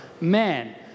Man